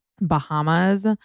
Bahamas